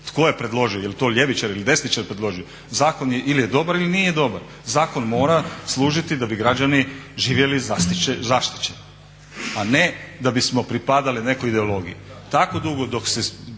tko je predložio, jel' to ljevičar ili desničar predložio zakon je ili je dobar ili nije dobar. Zakon mora služiti da bi građani živjeli zaštićeno, a ne da bismo pripadali nekoj ideologiji. Tako dugo dok se